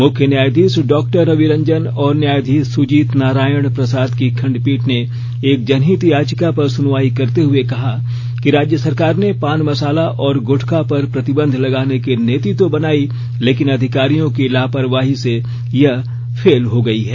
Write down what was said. मुख्य न्यायधीश डॉ रवि रंजन और न्यायधीश सूजीत नारायण प्रसाद की खंडपीठ ने एक जनहित याचिका पर सुनवाई करते हुए कहा कि राज्य सरकार ने पान मसाला और गुटखा पर प्रतिबंध लगाने की नीति तो बनाई लेकिन अधिकारियों की लापरवाही से यह फेल हो गई है